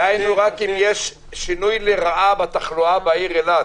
-- ורק אם יש שינוי לרעה בתחלואה בעיר אילת,